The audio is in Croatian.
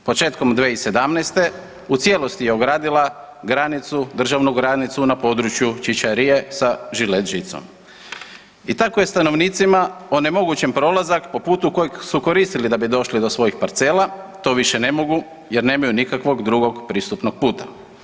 Početkom 2017. u cijelosti je ogradila granicu, državnu granicu na području Ćićarije sa žilet-žicom i tako je stanovnicima onemogućen prolazak po putu kojeg su koristili da bi došli do svojih parcela, to više ne mogu jer nemaju nikakvog drugog pristupnog puta.